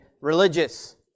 religious